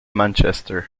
manchester